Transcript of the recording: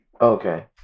Okay